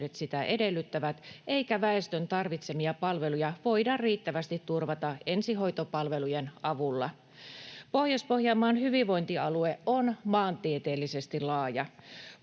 edellyttävät eikä väestön tarvitsemia palveluja voida riittävästi turvata ensihoitopalvelujen avulla. Pohjois-Pohjanmaan hyvinvointialue on maantieteellisesti laaja.